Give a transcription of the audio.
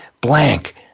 Blank